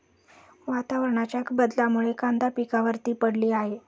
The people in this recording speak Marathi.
वातावरणाच्या बदलामुळे कांदा पिकावर ती पडली आहे